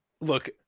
Look